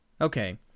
Okay